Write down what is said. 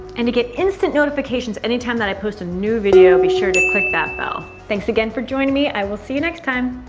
and to get instant notifications any time that i post a new video, be sure to click that bell. thanks again for joining me. i will see you next time.